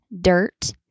dirt